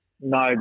No